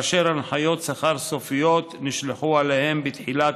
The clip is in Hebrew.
והנחיות השכר הסופיות נשלחו אליהם בתחילת